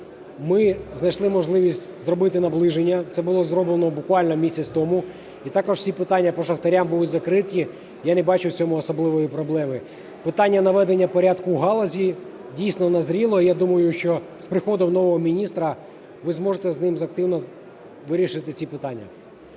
ми знайшли можливість зробити наближення, це було зроблено буквально місяць тому, і також ці питання по шахтарях були закриті, я не бачу в цьому особливої проблеми. Питання наведення порядку в галузі дійсно назріло, і я думаю, що з приходом нового міністра ви зможете з ним активно вирішити ці питання.